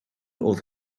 oedd